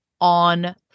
on